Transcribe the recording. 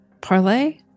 parlay